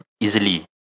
easily